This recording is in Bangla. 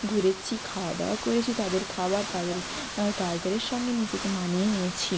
ঘুরেছি খাওয়া দাওয়া করেছি তাদের খাবার তাদের কালচারের সঙ্গে নিজেকে মানিয়ে নিয়েছি